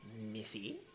Missy